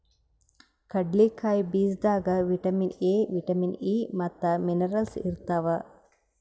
ಕಡ್ಲಿಕಾಯಿ ಬೀಜದಾಗ್ vitamin A, vitamin E ಮತ್ತ್ ಮಿನರಲ್ಸ್ ಇರ್ತವ್